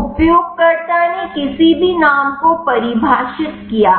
उपयोगकर्ता ने किसी भी नाम को परिभाषित किया